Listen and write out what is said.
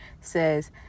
says